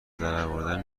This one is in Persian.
درآوردن